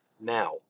Now